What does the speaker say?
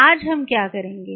आज हम क्या करेंगे